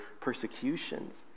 persecutions